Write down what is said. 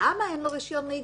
למה אין לא רישיון נהיגה?